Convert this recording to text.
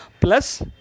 plus